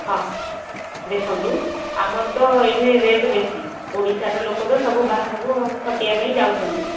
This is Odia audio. ହଁ ଦେଖନ୍ତୁ ଆମର ତ ଏଠି ରେଟ୍ ବେଶୀ ଓଡ଼ିଶା ଲୋକତ ସବୁ ବାହାରକୁ ଖଟିବାକୁ ଯାଉଛନ୍ତି